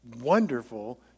wonderful